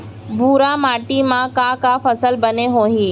भूरा माटी मा का का फसल बने होही?